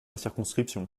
circonscription